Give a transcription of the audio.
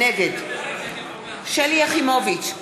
נגד שלי יחימוביץ,